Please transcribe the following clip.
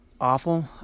awful